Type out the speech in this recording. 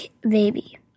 baby